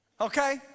okay